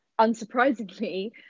unsurprisingly